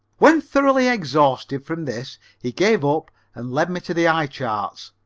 when thoroughly exhausted from this he gave up and led me to the eye charts,